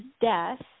death